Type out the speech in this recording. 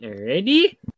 ready